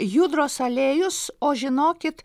judros aliejus o žinokit